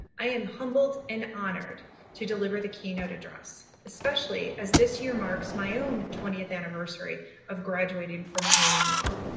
i am humbled and honored to deliver the keynote address, especially as this year marks my own twentieth anniversary of graduating from wayne law.